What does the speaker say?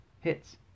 hits